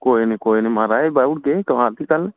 कोई नी कोई नी महाराज बाही ओड़गे कमाल दी गल्ल ऐ